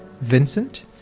Vincent